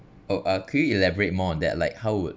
oh ah can you elaborate more on that like how would